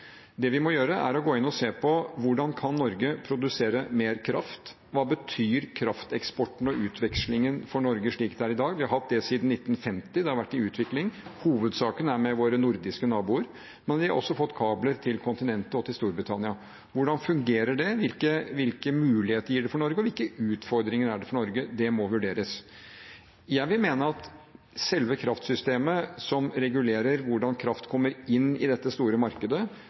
Det vi må gjøre, er å gå inn og se på: Hvordan kan Norge produsere mer kraft? Hva betyr krafteksporten og -utvekslingen for Norge slik det er i dag? Vi har hatt det siden 1950, det har vært i utvikling, i hovedsak med våre nordiske naboer, men vi har også fått kabler til kontinentet og til Storbritannia. Hvordan fungerer det? Hvilke muligheter gir det for Norge, og hvilke utfordringer er det for Norge? Det må vurderes. Når det gjelder selve kraftsystemet som regulerer hvordan kraft kommer inn i dette store markedet,